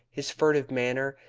his furtive manner,